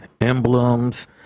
emblems